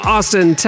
Austin